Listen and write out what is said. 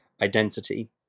identity